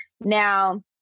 Now